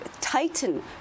tighten